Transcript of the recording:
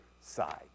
side